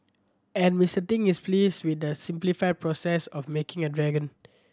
and Mister Ting is pleased with the simplified processes of making a dragon